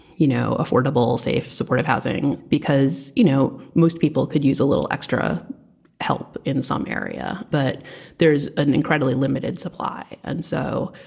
you know, affordable, safe, supportive housing because, you know, most people could use a little extra help in some area, but there's an incredibly limited supply. and so.